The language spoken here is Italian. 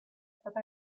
stata